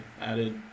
added